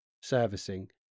servicing